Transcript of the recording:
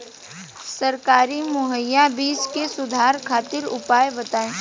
सरकारी मुहैया बीज में सुधार खातिर उपाय बताई?